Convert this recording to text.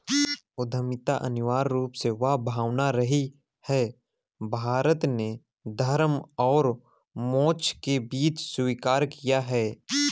उद्यमिता अनिवार्य रूप से वह भावना रही है, भारत ने धर्म और मोक्ष के बीच स्वीकार किया है